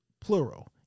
Plural